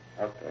Okay